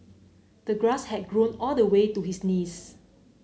the grass had grown all the way to his knees